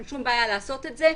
אין שום בעיה לעשות את זה.